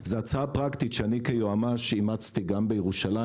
זאת הצעה פרקטית שאני כיועמ"ש אימצתי גם בירושלים